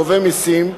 גובה מסים,